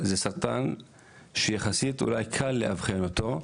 סרטן שיחסית אולי קל לאבחן אותו,